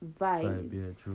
vibe